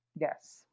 Yes